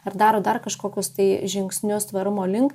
ar daro dar kažkokius tai žingsnius tvarumo link